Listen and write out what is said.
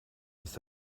ist